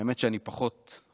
האמת היא שאני פחות אופטימי,